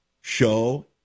Show